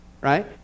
right